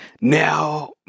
Now